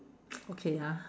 okay ha